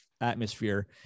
atmosphere